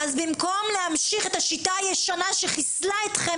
במקום להמשיך את השיטה הישנה שחיסלה אתכם,